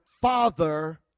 father